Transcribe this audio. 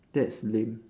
that's lame